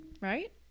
right